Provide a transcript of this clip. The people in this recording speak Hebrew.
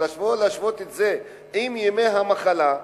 ולבוא ולהשוות את זה עם ימי המחלה,